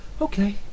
okay